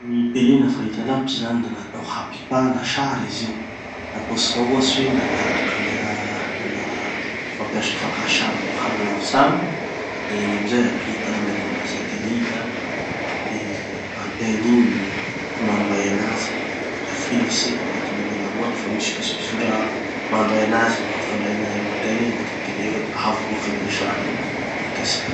Gny tele na fahita lavitry zany de natao hampitana sary izy io. Ataotsika ohatsy hoe nalà camera nalà fampiasa fakà sary bokagny lavitsy agny, da igny amizay ampita amy alalana satelita de anteny igny gny manday anazy da tafilitsy agnatin'ny gny raha ao aby. Fa misy pitsopitson-draha mandray anazy no hampifandray anazy amy gn'anteny igny agnatin'ny tele ao da avoakiny sary igny ho hitatsika.